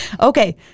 Okay